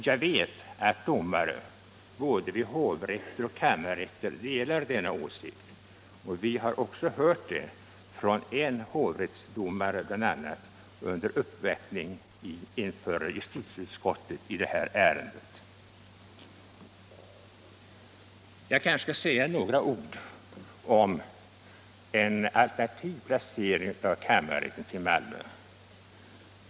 Jag vet att domare vid både hovrätter och kammarrätter delar denna åsikt. Vi har också hört det från en hovrättsdomare under en uppvaktning inför justitieutskottet i detta ärende. Jag kanske också skall säga några ord om en alternativ placering av kammarrätten till Malmö.